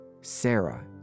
Sarah